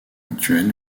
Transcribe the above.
actuelle